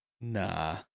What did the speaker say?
Nah